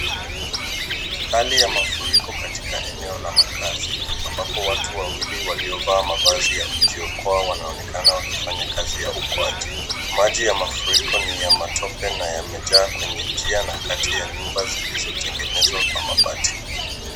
Hali ya mafuriko katika eneo la makazi ambapo watu wawili waliovaa mavazi ya kujiokoa wanaonekana wakifanya kazi ya uokoaji. Maji ya mafuriko ni ya matope na yamejaa kwenye njia na kati ya nyumba zilizotengenezwa kwa mabati.